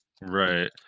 Right